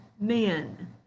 men